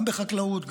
גם בחקלאות,